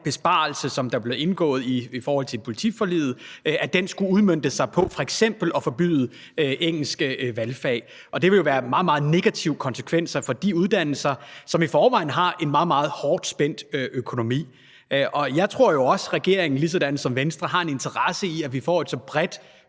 besparelse, som blev indgået i forhold til politiforliget, skulle udmønte sig i f.eks. at forbyde engelske valgfag. Det ville jo få meget, meget negative konsekvenser for de uddannelser, som i forvejen har en meget, meget hårdt spændt økonomi. Jeg tror jo også, at regeringen lige som Venstre har en interesse i, at vi får et så bredt